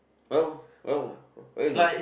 oh oh I know